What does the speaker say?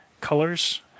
colors